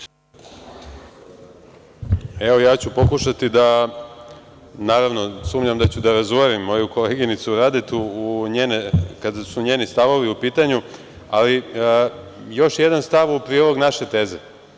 Evo, ja ću pokušati da, naravno sumnjam da ću da razuverim moju koleginicu Radetu kada su njeni stavovi u pitanju, ali još jedan stav u prilog naše teze.